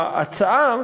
ההצעה,